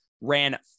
ran